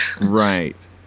Right